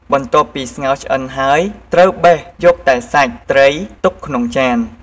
បន្ទាប់ពីស្ងោរឆ្អិនហើយ ត្រូវបេះយកតែសាច់ត្រីទុកក្នុងចាន។